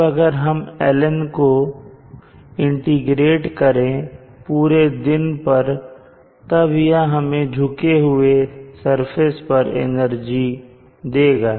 अब अगर हम LN को इंटीग्रेट करें पूरे दिन पर तब यह हमें झुके हुए सरफेस पर एनर्जी देगा